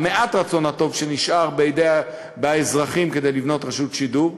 מעט הרצון הטוב שנשאר לאזרחים כדי לבנות רשות שידור.